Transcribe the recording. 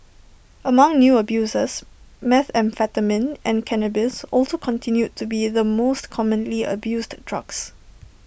among new abusers methamphetamine and cannabis also continued to be the most commonly abused drugs